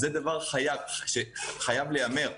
זה דבר שחייב להיאמר.